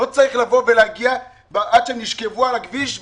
לא צריך להגיע למצב שנשכבו על הכביש,